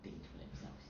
think for themselves